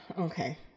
Okay